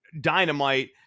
Dynamite